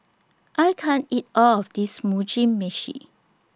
I can't eat All of This Mugi Meshi